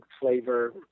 flavor